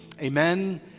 Amen